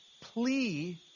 plea